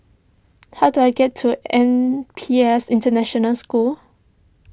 how do I get to N P S International School